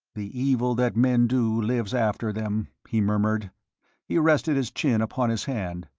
the evil that men do lives after them he murmured he rested his chin upon his hand.